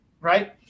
right